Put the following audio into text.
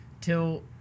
till